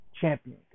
champion